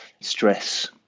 stress